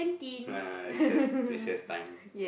recess recess time